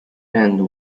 and